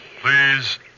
Please